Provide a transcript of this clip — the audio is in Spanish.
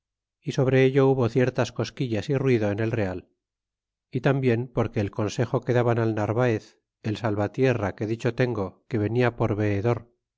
y sobre ello hubo ciertas cosquillas y ruido en el real y tamblen porque el consejo que daban al narvaez el salvatierra que dicho tengo que venia por veedor